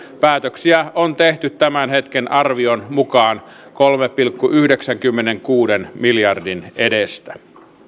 päätöksiä on tehty tämän hetken arvion mukaan kolmen pilkku yhdeksänkymmenenkuuden miljardin edestä